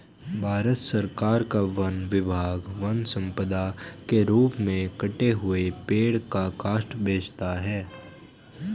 भारत सरकार का वन विभाग वन सम्पदा के रूप में कटे हुए पेड़ का काष्ठ बेचता है